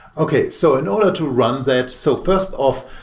okay. so in order to run that, so first off,